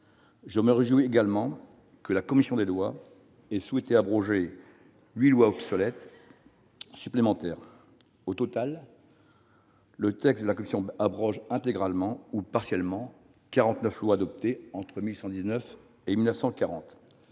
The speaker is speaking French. Je me réjouis également que la commission des lois ait souhaité abroger huit lois obsolètes supplémentaires. Au total, le texte de la commission abroge intégralement ou partiellement quarante-neuf lois adoptées entre 1819 et 1940.